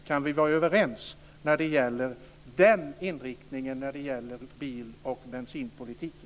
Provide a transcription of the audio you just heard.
Kan vi vara överens om den inriktningen när det gäller bil och bensinpolitiken?